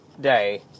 day